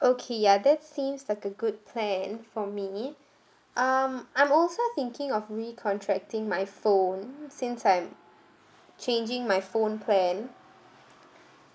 okay ya that seems like a good plan for me um I'm also thinking of recontracting my phone since I'm changing my phone plan